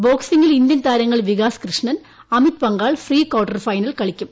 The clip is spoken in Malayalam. ബോക്സിംഗിൽ ഇന്ത്യൻ താരങ്ങൾ Vikas Krishnan Amit Panghal pre quarter final കളിക്കും